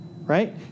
right